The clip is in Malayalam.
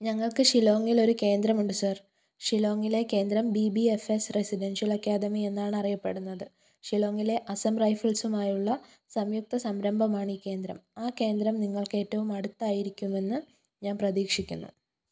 ഞങ്ങൾക്ക് ഷിലോങ്ങിലൊരു കേന്ദ്രമുണ്ട് സർ ഷില്ലോങ്ങിലെ കേന്ദ്രം B B F S residential academy എന്നാണ് അറിയപ്പെടുന്നത് ഷിലോങ്ങിലെ അസം റൈഫിൾസുമായുള്ള സംയുക്ത സംരംഭമാണ് ഈ കേന്ദ്രം ആ കേന്ദ്രം നിങ്ങൾക്ക് ഏറ്റവും അടുത്തായിരിക്കുമെന്ന് ഞാൻ പ്രതീക്ഷിക്കുന്നു